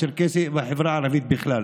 הצ'רקסי והחברה הערבית בכלל,